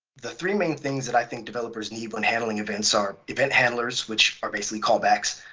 the three main things that i think developers need when handling events are event handlers, which are basically callbacks.